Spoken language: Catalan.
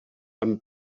amb